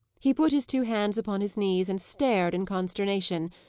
he put his two hands upon his knees, and stared in consternation,